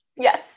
Yes